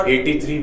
83